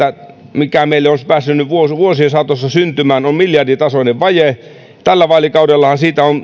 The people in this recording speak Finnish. mikä meille on päässyt vuosien vuosien saatossa syntymään on miljarditasoinen vaje tällä vaalikaudellahan on